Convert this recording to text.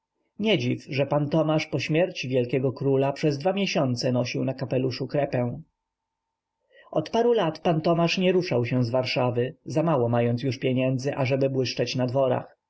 dziw że pan tomasz po śmierci wielkiego króla przez dwa miesiące nosił na kapeluszu krepę od paru lat pan tomasz nie ruszał się z warszawy zamało mając już pieniędzy ażeby błyszczeć na dworach